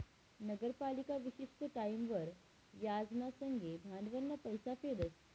नगरपालिका विशिष्ट टाईमवर याज ना संगे भांडवलनं पैसा फेडस